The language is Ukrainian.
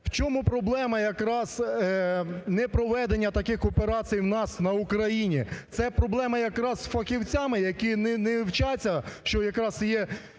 в чому проблема якраз не проведення таких операцій у нас на Україні? Це проблема якраз з фахівцями, які не вчаться, що якраз є